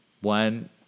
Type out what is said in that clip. one